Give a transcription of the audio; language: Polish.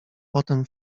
potem